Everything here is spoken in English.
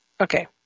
Okay